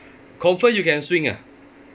confirm you can swim ah